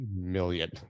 million